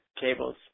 cables